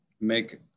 make